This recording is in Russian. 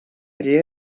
при